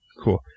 Cool